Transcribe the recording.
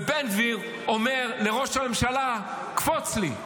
ובן גביר אומר לראש הממשלה: קפוץ לי,